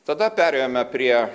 tada perėjome prie